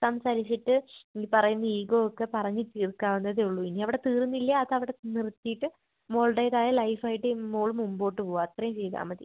സംസാരിച്ചിട്ട് ഈ പറയുന്ന ഈഗോ ഒക്കെ പറഞ്ഞ് തീർക്കാവുന്നതേ ഉള്ളൂ ഇനി അവിടെ തീർന്നില്ലേ അത് അവിടെ നിർത്തീട്ട് മോളുടേതായ ലൈഫ് ആയിട്ട് മോൾ മുമ്പോട്ട് പോവുക അത്രയും ചെയ്താൽ മതി